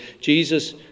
jesus